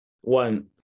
one